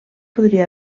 podria